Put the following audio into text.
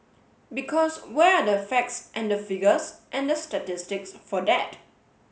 because where are the facts and the figures and the statistics for that